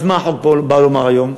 אז מה החוק הזה בא לומר היום?